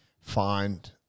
find –